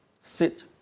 sit